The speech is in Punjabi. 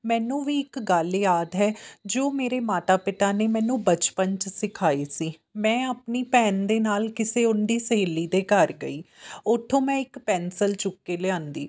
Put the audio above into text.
ਮੈਨੂੰ ਵੀ ਇੱਕ ਗੱਲ ਯਾਦ ਹੈ ਜੋ ਮੇਰੇ ਮਾਤਾ ਪਿਤਾ ਨੇ ਮੈਨੂੰ ਬਚਪਨ 'ਚ ਸਿਖਾਈ ਸੀ ਮੈਂ ਆਪਣੀ ਭੈਣ ਦੇ ਨਾਲ ਕਿਸੇ ਉਹਨਾਂ ਦੀ ਸਹੇਲੀ ਦੇ ਘਰ ਗਈ ਉੱਥੋਂ ਮੈਂ ਇੱਕ ਪੈਨਸਲ ਚੁੱਕ ਕੇ ਲਿਆਂਦੀ